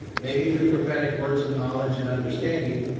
maybe through prophetic words of knowledge and understanding,